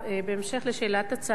בהמשך לשאלת הצהרונים,